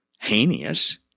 heinous